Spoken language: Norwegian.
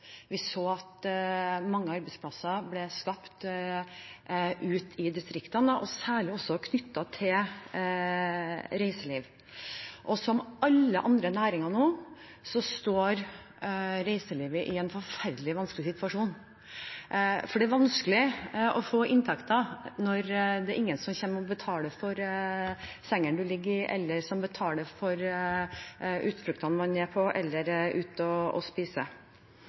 Vi så at mange arbeidsplasser ble skapt ute i distriktene, og særlig knyttet til reiselivet. Som alle andre næringer nå står reiselivet i en forferdelig vanskelig situasjon. Det er vanskelig å få inntekter når ingen kommer og betaler for sengene man kan ligge i, utfluktene man kan dra på, eller for å gå ut og spise.